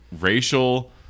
racial